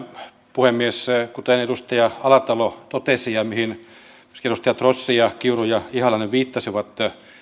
puhemies kuten edustaja alatalo totesi ja mihin myöskin edustajat rossi ja kiuru ja ihalainen viittasivat